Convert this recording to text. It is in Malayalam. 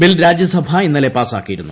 ബിൽ രാജ്യസഭ ഇന്നലെ പാസാക്കിയിരുന്നു